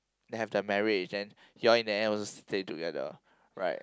they have the marriage then he all in the house stay together right